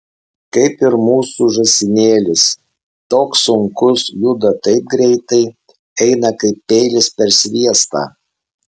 kaip ir mūsų žąsinėlis toks sunkus juda taip greitai eina kaip peilis per sviestą